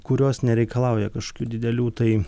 kurios nereikalauja kažkokių didelių tai